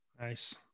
Nice